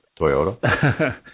Toyota